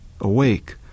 awake